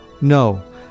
no